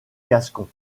gascon